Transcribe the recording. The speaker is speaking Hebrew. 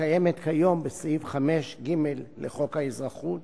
הקיימת כיום בסעיף 5(ג) לחוק האזרחות